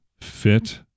fit